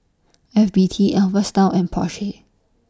F B T Alpha Style and Porsche